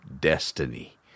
Destiny